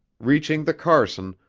reaching the carson,